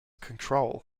control